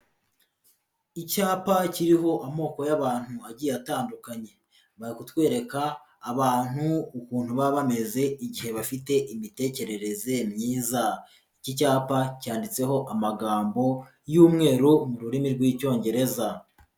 Icyapa kiriho amoko y'abantu agiye atandukanye, bari kutwereka abantu ukuntu baba bameze igihe bafite imitekerereze myiza, iki cyapa cyanditseho amagambo y'umweru mu rurimi rw'Icyongereza.